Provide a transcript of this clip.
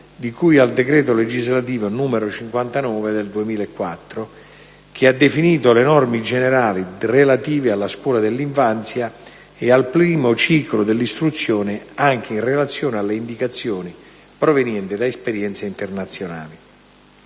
di cui al decreto legislativo n. 59 del 2004, che ha definito le norme generali relative alla scuola dell'infanzia e al primo ciclo dell'istruzione, anche in relazione alle indicazioni provenienti da esperienze internazionali.